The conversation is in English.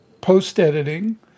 post-editing